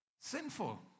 sinful